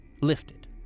lifted